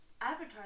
Avatar